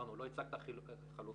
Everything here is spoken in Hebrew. אמרנו שלא הוצגו חלופות